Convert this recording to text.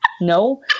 No